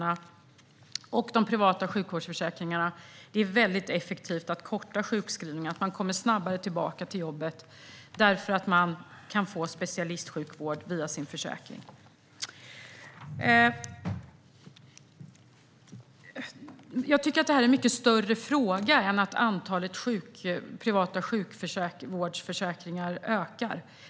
Det man ser är att de privata sjukvårdsförsäkringarna är ett väldigt effektivt sätt att korta sjukskrivningarna så att man snabbare kommer tillbaka till jobbet, eftersom man kan få specialistsjukvård via sin försäkring. Jag tycker att detta är en fråga som handlar om mycket mer än bara att antalet privata sjukvårdsförsäkringar ökar.